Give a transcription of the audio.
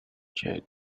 check